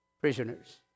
prisoners